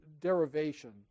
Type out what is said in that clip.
derivation